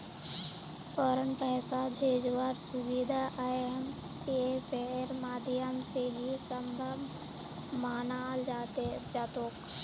फौरन पैसा भेजवार सुबिधा आईएमपीएसेर माध्यम से ही सम्भब मनाल जातोक